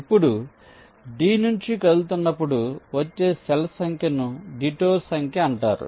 ఇప్పుడు D నుంచి కదులుతున్నప్పుడు వచ్చే సెల్ఫ్ సంఖ్యను డిటూర్ సంఖ్య అంటారు